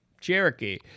cherokee